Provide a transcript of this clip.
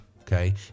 Okay